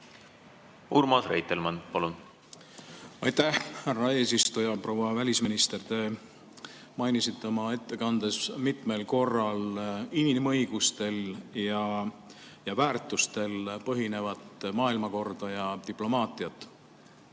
Urmas Reitelmann, palun! Aitäh, härra eesistuja! Proua välisminister! Te mainisite oma ettekandes mitmel korral inimõigustel ja väärtustel põhinevat maailmakorda ja diplomaatiat.